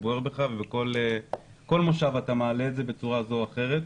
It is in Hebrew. שבוער בך ובכל מושב אתה מעלה את זה בצורה זו או אחרת.